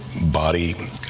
body